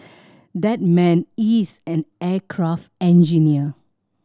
that man is an aircraft engineer